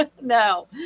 No